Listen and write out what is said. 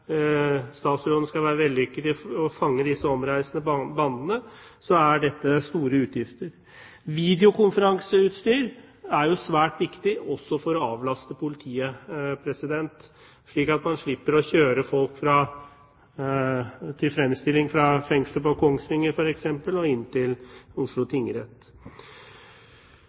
statsråden skal lykkes i å fange disse omreisende bandene, er dette store utgifter. Videokonferanseutstyr er også svært viktig for å avlaste politiet, slik at man slipper å kjøre folk til fremstilling fra f.eks. fengselet i Kongsvinger og inn til Oslo tingrett.